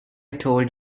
told